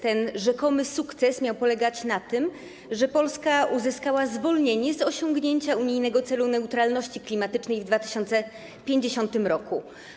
Ten rzekomy sukces miał polegać na tym, że Polska uzyskała zwolnienie z osiągnięcia unijnego celu neutralności klimatycznej w 2050 r.